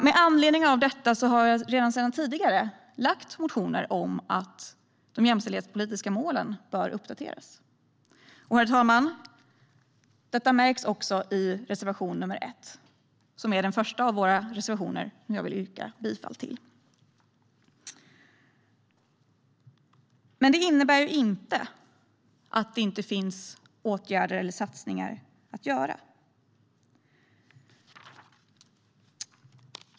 Med anledning av detta har jag redan sedan tidigare väckt motioner om att de jämställdhetspolitiska målen bör uppdateras. Detta märks också, herr talman, i reservation nr 1, som är den första av våra reservationer som jag vill yrka bifall till. Men det här innebär inte att det inte finns åtgärder eller satsningar att göra.